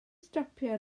stopio